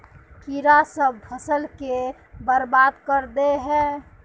कीड़ा सब फ़सल के बर्बाद कर दे है?